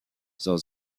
son